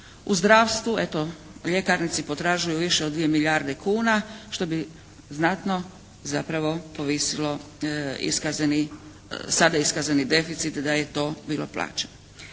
u zdravstvu, eto ljekarnici potražuju više od dvije milijarde kuna što bi znatno zapravo povisilo iskazani, sada iskazani deficit da je to bilo plaćeno.